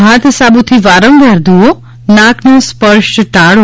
હાથ સાબુથી વારંવાર ધુવો નાક નો સ્પર્શ ટાળો